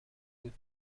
بود